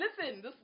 listen